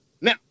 Now